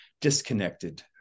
disconnected